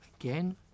again